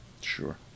Sure